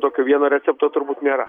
tokio vieno recepto turbūt nėra